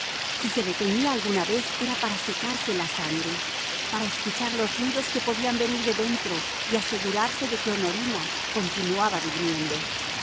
si se detenía alguna vez era para secarse la sangre para escuchar los ruidos que podían venir de dentro y asegurarse de que honorina continuaba durmiendo